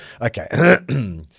Okay